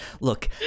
look